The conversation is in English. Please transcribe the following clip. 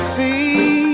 see